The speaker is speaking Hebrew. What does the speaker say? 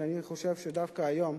שאני חושב שדווקא היום,